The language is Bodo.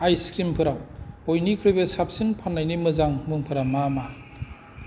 आइस क्रिमफोराव बयनिख्रुइबो साबसिन फान्नायनि मोजां मुंफोरा मा मा